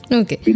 okay